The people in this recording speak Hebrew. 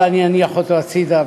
אבל אני אניח אותו הצדה.